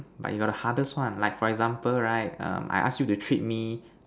like you got the hardest one like for example right um I ask you to treat me